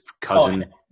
cousin